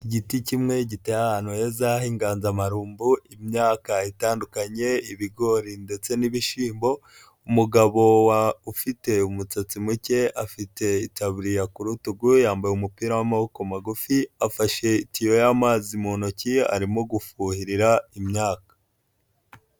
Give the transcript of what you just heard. Igiti kimwe gita ahantu heza h'ingandamarumbo, imyaka itandukanye, ibigori ndetse n'ibishyimbo, umugabo ufite umusatsi muke, afite itaburiya k'utugu, yambaye umupira w'amaboko magufi, afashe itiyo y'amazi mu ntoki, arimo gufuhira imyaka.